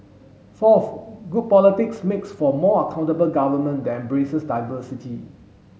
fourth good politics makes for more accountable government that embraces diversity